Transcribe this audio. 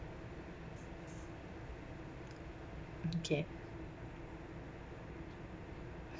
okay